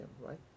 right